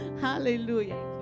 Hallelujah